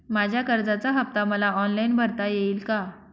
माझ्या कर्जाचा हफ्ता मला ऑनलाईन भरता येईल का?